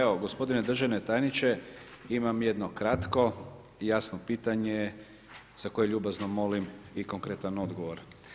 Evo, gospodine državni tajniče, imam jedno kratko i jasno pitanje za koje ljubazno molim i konkretan odgovor.